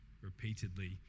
repeatedly